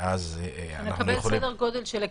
שנקבל סדר גודל.